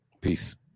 Peace